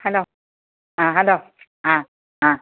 hello ആ hello ആ ആ